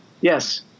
Yes